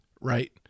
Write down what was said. right